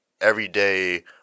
everyday